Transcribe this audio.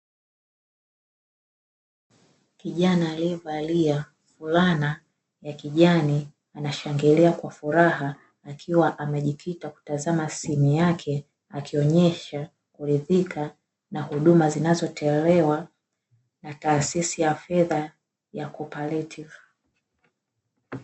Kijana aliyevalia fulana ya kijani anashangilia kwa furaha akiwa amejikita kutazama simu yake, akionesha kuridhika na huduma zinazotolewa na taasisi ya fedha ya "COOPERATIVE".